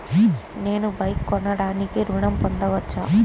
నేను బైక్ కొనటానికి ఋణం పొందవచ్చా?